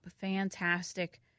Fantastic